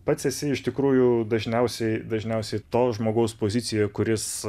pats esi iš tikrųjų dažniausiai dažniausiai to žmogaus pozicijoj kuris